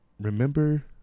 remember